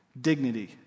dignity